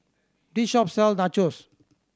this shop sell Nachos